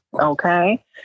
Okay